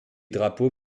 drapeaux